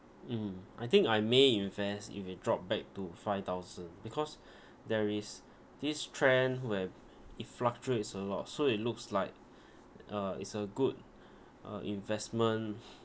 mmhmm I think I may invest if it drop back to five thousand because there is this trend where it fluctuates a lot so it looks like uh is a good uh investment